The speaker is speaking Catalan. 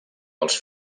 als